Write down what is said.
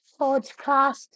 Podcast